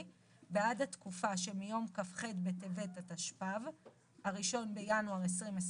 בעד התקופה שמיום כ"ח בטבת התשפ"ב (1 בינואר 2022)